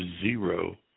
zero